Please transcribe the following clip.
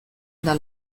eta